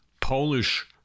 Polish